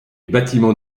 bâtiments